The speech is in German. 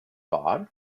wahr